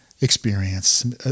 experience